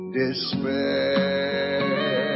despair